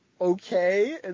okay